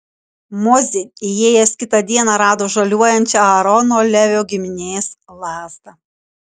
mozė įėjęs kitą dieną rado žaliuojančią aarono levio giminės lazdą